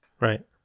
right